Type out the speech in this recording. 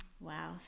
Wow